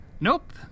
Nope